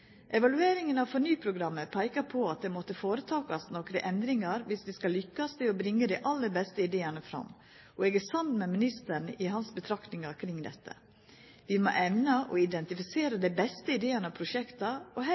Evalueringa av FORNY-programmet peika på at det måtte gjerast nokre endringar viss vi skal lykkast i å bringa dei aller beste ideane fram, og eg er samd med ministeren i betraktningane hans kring dette. Vi må evna å identifisera dei beste ideane og prosjekta, og